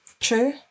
True